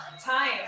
Time